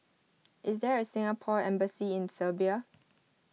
is there a Singapore Embassy in Serbia